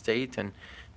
state and